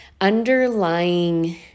underlying